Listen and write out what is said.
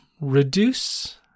reduce